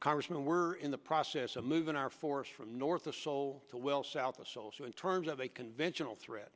congressman we're in the process of moving our force from north of seoul to well south of seoul so in terms of a conventional threat